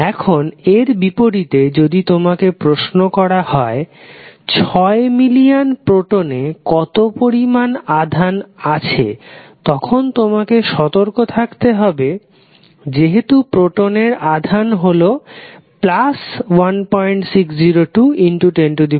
এখন এর বিপরীতে যদি তোমাকে প্রশ্ন করা হয় 6 মিলিয়ান প্রোটনে কত পরিমাণ আধান আছে তখন তোমাকে সতর্ক থাকতে হবে যেহেতু প্রোটনের আধান হল 160210 19